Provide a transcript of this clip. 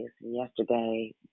Yesterday